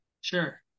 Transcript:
sure